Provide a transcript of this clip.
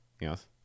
Yes